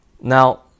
Now